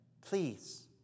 please